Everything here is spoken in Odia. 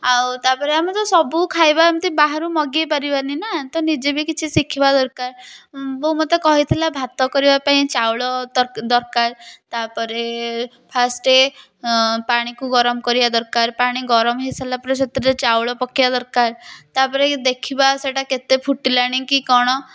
ଆଉ ତା'ପରେ ଆମେ ତ ସବୁ ଖାଇବା ଏମିତି ବାହାରୁ ମାଗେଇପାରିବା ନି ନା ତ ନିଜେ ବି କିଛି ଶିଖିବା ଦରକାର୍ ବୋଉ ମୋତେ କହିଥିଲା ଭାତ କରିବାପାଇଁ ଚାଉଳ ଦରକାର୍ ତା'ପରେ ଫାର୍ଷ୍ଟ୍ ପାଣିକୁ ଗରମ କରିବା ଦରକାର୍ ପାଣି ଗରମ ହେଇସାରିଲା ପରେ ସେଥିରେ ଚାଉଳ ପକେଇବା ଦରକାର୍ ତା'ପରେ ଦେଖିବା ସେଇଟା କେତେ ଫୁଟିଲାଣି କି କ'ଣ